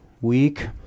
week